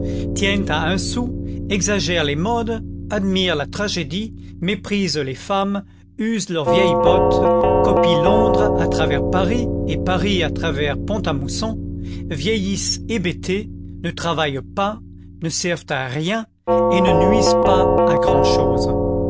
tiennent à un sou exagèrent les modes admirent la tragédie méprisent les femmes usent leurs vieilles bottes copient londres à travers paris et paris à travers pont à mousson vieillissent hébétés ne travaillent pas ne servent à rien et ne nuisent pas à grand'chose